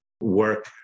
work